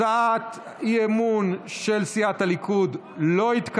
הצעת האי-אמון של סיעת הליכוד לא התקבלה.